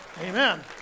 Amen